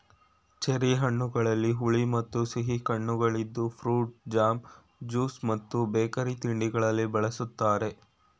cherry ಹಣ್ಣುಗಳಲ್ಲಿ ಹುಳಿ ಮತ್ತು ಸಿಹಿ ಕಣ್ಣುಗಳಿದ್ದು ಫ್ರೂಟ್ ಜಾಮ್, ಜ್ಯೂಸ್ ಮತ್ತು ಬೇಕರಿ ತಿಂಡಿಗಳಲ್ಲಿ ಬಳ್ಸತ್ತರೆ